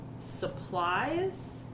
supplies